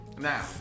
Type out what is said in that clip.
Now